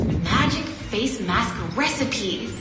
magic face mask recipe!